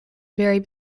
vary